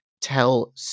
tell